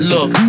Look